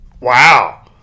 Wow